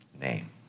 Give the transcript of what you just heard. name